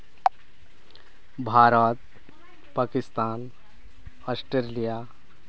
Bharat Pakistan Australia